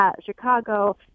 Chicago